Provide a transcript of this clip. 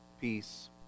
peace